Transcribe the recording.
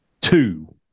two